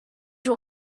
will